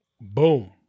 Boom